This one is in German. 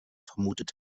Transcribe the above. vermutet